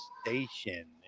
Station